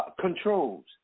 controls